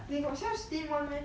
they got sell steam one meh